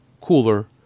cooler